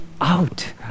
out